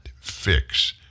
fix